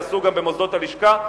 יקבלו גם במוסדות הלשכה,